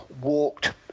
walked